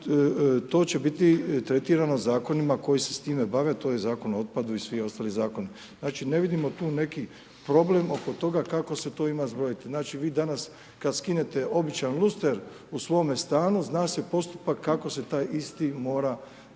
to će biti tretirano zakonima koji se s time bave, to je Zakon o otpadu i svi ostali zakoni. Znači ne vidimo tu neki problem oko toga, kako se to sve ima zbroje. Znači vi danas kada skinete običan luster u svome stanju, zna se postupak kako se ti isti mora